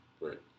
Right